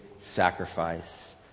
sacrifice